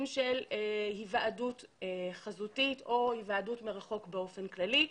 של היוועדות חזותית או היוועדות מרחוק באופן כללי.